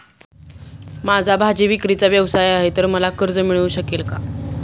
माझा भाजीविक्रीचा व्यवसाय आहे तर मला कर्ज मिळू शकेल का?